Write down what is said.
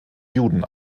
juden